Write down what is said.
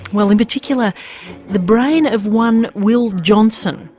well in particular the brain of one will johnson,